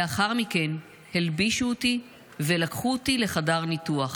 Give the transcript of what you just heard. לאחר מכן הלבישו אותי ולקחו אותי לחדר ניתוח